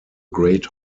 great